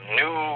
new